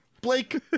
Blake